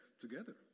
together